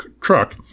truck